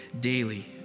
daily